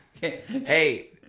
Hey